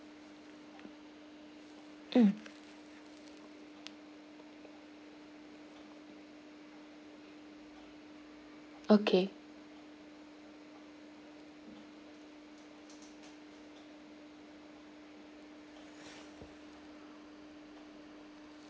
um okay